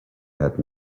had